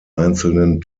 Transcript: einzelnen